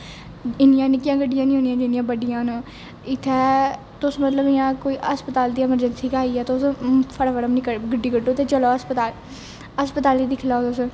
इन्नियां निक्कियां गड्डियां नेईं होनियां जिन्नी बड्डियां ना इत्थै तुस मतलब इयां कोई इयां हस्पताल दी एमरजैंसी गी आई जाओ तुस फटा फट अपनी गड्डी कड्ढो ते चलो हस्पातल हस्पातल गी दिक्खी लो तुस